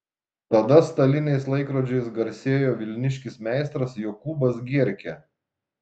tada staliniais laikrodžiais garsėjo vilniškis meistras jokūbas gierkė